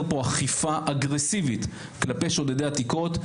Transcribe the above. פה אכיפה אגרסיבית כלפי שודדי עתיקות,